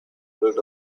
bread